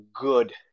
good